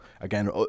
Again